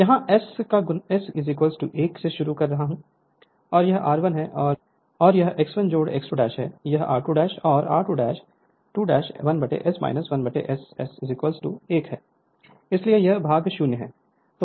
Refer Slide Time 0120 यहां S 1 से शुरू कर रहा हूं और यह r1 है और यह x 1 x 2 है यह r2 और r2 2 1S 1 S S1है इसलिए यह भाग 0 है